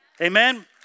Amen